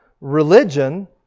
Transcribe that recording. religion